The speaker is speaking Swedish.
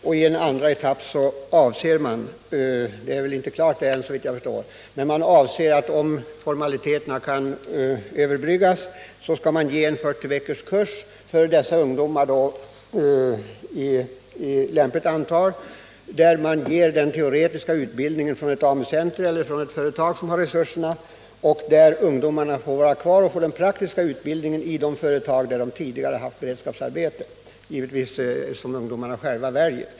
I en andra etapp avser man att — om formaliteterna kan klaras — anordna en 40-veckorskurs för ett lämpligt antal ungdomar, där den teoretiska utbildningen meddelas vid ett AMU-center eller ett företag som har resurserna för detta, medan ungdomarna får den praktiska utbildningen i det företag där de tidigare haft beredskapsarbete eller i ett företag som de själva väljer.